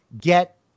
get